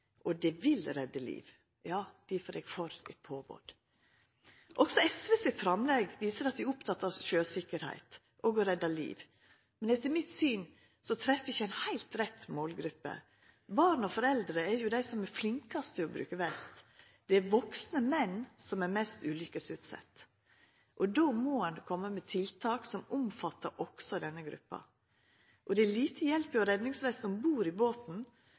og det vil redda liv. Ja, difor er eg for eit påbod. Også SV sitt framlegg viser at dei er opptekne av sjøsikkerheit og av å redda liv. Men etter mitt syn treffer ein ikkje heilt rett målgruppe. Barn og foreldre er jo dei som er flinkast til å bruka vest. Det er vaksne menn som er mest utsette for ulykker, og då må ein koma med tiltak som også omfattar denne gruppa. Det er lita hjelp i å ha redningsvest om bord i båten,